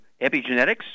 epigenetics